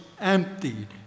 emptied